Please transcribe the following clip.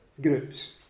groups